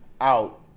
out